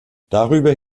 darüber